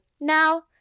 now